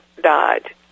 died